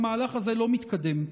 המהלך הזה לא מתקדם.